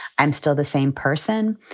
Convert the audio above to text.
i'm still the same person.